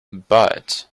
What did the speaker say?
but